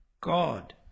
God